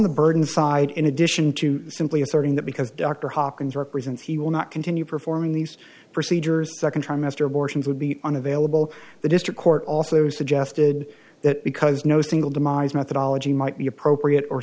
the burden side in addition to simply asserting that because dr hopkins represents he will not continue performing these procedures second trimester abortions would be unavailable the district court also suggested that because no single demise methodology might be appropriate or